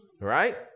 right